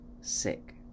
sick